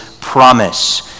promise